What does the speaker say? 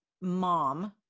mom